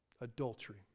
Adultery